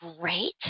great